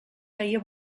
feia